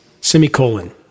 Semicolon